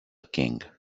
king